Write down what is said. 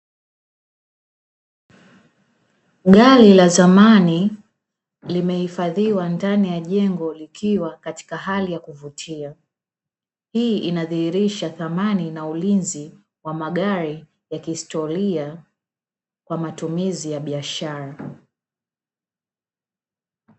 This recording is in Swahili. Gari la zamani limehifadhiwa ndani ya jengo likiwa katika hali ya kuvutia. Hii inadhihirisha thamani na ulinzi wa magari ya kihistoria kwa matumizi ya biashara.